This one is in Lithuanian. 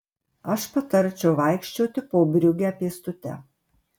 aš patarčiau vaikščioti po briugę pėstute